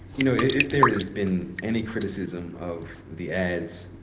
you know, if there has been any criticism of the ads,